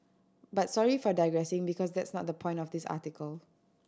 but sorry for digressing because that's not the point of this article